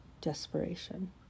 desperation